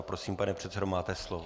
Prosím, pane předsedo, máte slovo.